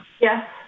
yes